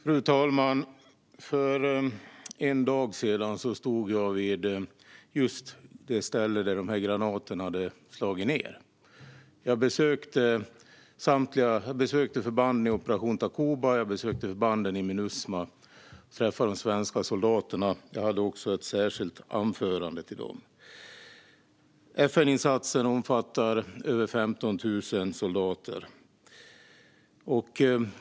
Fru talman! För en dag sedan stod jag vid just det ställe där granaterna hade slagit ned. Jag besökte förbanden i operation Takuba och i Minusma och träffade de svenska soldaterna. Jag höll också ett särskilt anförande för dem. FN-insatsen omfattar över 15 000 soldater.